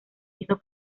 hizo